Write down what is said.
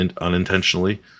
unintentionally